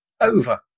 over